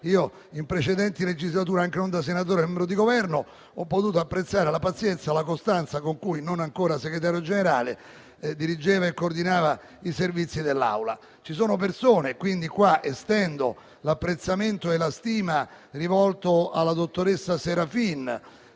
In precedenti legislature, anche non da senatore, ma da membro del Governo, ho potuto apprezzare la pazienza e la costanza con cui, non ancora Segretario Generale, dirigeva e coordinava i servizi dell'Aula. Ci sono persone alle quali estendo l'apprezzamento e la stima rivolti alla dottoressa Serafin;